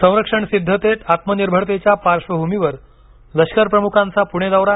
संरक्षण सिद्धतेत आत्मनिर्भरतेच्या पार्श्वभूमीवर लष्कर प्रमुखांचा पुणे दौरा